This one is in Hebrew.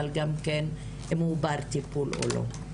אבל גם כן אם הוא בר טיפול או לא,